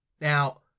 Now